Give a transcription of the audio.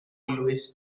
louis